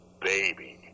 baby